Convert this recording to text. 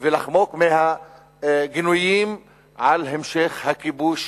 ולחמוק מהגינויים על המשך הכיבוש